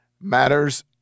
matters